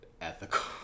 ethical